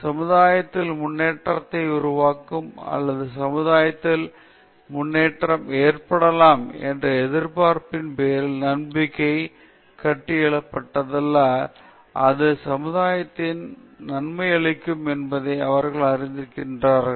சமுதாயத்தில் முன்னேற்றத்தை உருவாக்கும் அல்லது சமுதாயத்தில் முன்னேற்றம் ஏற்படலாம் என்ற எதிர்பார்ப்பின் பேரில் நம்பிக்கையை கட்டியெழுப்பப்பட்டால் அது சமுதாயத்திற்கு நன்மையளிக்கும் என்பதை அவர்கள் அறிந்து கொள்ள வேண்டும்